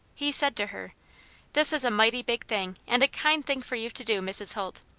he said to her this is a mighty big thing, and a kind thing for you to do, mrs. holt.